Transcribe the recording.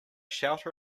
shelter